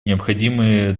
необходимые